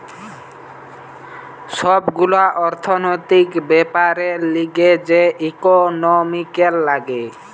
সব গুলা অর্থনৈতিক বেপারের লিগে যে ইকোনোমিক্স লাগে